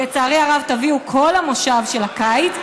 ולצערי הרב אתם תביאו כל המושב של הקיץ,